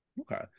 Okay